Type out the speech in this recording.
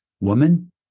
Woman